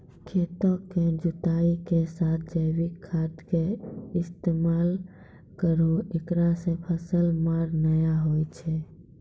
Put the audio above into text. खेतों के जुताई के साथ जैविक खाद के इस्तेमाल करहो ऐकरा से फसल मार नैय होय छै?